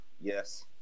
Yes